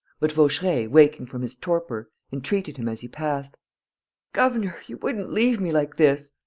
but vaucheray, waking from his torpor, entreated him as he passed governor, you wouldn't leave me like this!